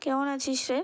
কেমন আছিস রে